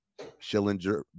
Schillinger